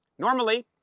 normally,